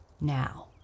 Now